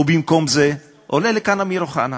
ובמקום זה עולה לכאן אמיר אוחנה,